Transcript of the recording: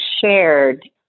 shared